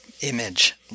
image